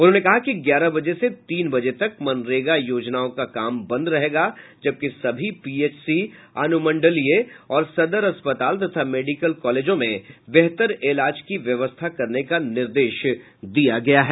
उन्होंने कहा कि ग्यारह बजे से तीन बजे तक मनरेगा योजनाओं का काम बंद रहेगा जबकि सभी पीएचसी अनुमंडलीय और सदर अस्पताल तथा मेडिकल कॉलेजों में बेहतर इलाज की व्यवस्था करने का निर्देश दिया गया है